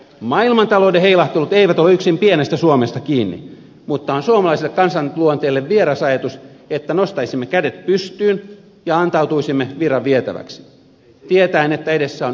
maailmantalouden heilahtelut eivät ole yksin pienestä suomesta kiinni mutta suomalaiselle kansanluonteelle on vieras ajatus että nostaisimme kädet pystyyn ja antautuisimme virran vietäväksi tietäen että edessä on jyrkkä putous